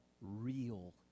real